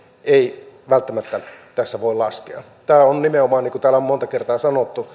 ei välttämättä tässä voi laskea tämä on nimenomaan niin kuin täällä on monta kertaa sanottu